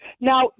Now